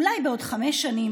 אולי בעוד חמש שנים,